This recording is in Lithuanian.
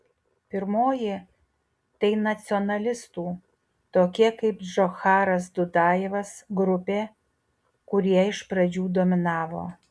pirmoji tai nacionalistų tokie kaip džocharas dudajevas grupė kurie iš pradžių dominavo